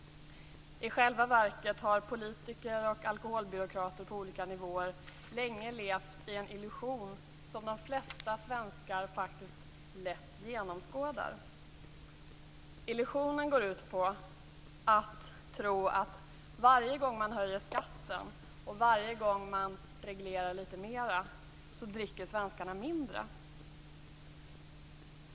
I själva verket har politiker och alkoholbyråkrater på olika nivåer länge levt i en illusion som de flesta svenskar faktiskt lätt genomskådar. Den illusionen går ut på att tro att varje gång man höjer skatten och varje gång man reglerar litet mer dricker svenskarna mindre.